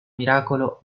miracolo